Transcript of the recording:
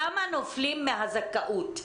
כמה נופלים מהזכאות?